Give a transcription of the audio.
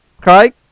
Craig